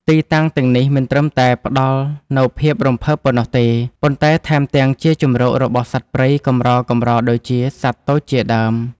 ទីតាំងទាំងនេះមិនត្រឹមតែផ្ដល់នូវភាពរំភើបប៉ុណ្ណោះទេ ប៉ុន្តែថែមទាំងជាជម្រករបស់សត្វព្រៃកម្រៗដូចជាសត្វទោចជាដើម។